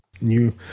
new